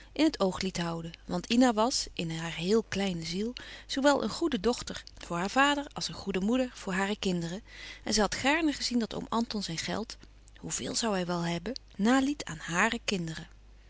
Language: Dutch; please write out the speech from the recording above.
in het oog liet houden want ina was in haar heel kleine ziel zoowel een goede dochter voor haar vader als een goede moeder voor hare kinderen en zij had gaarne gezien dat oom anton zijn geld hoeveel zoû hij wel hebben naliet aan hàre kinderen